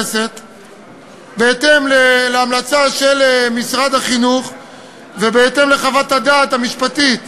בהתאם להמלצה של משרד החינוך ובהתאם לחוות הדעת המשפטית